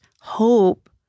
hope